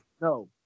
No